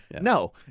No